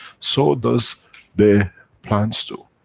so does the plants do.